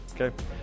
Okay